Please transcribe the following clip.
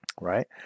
right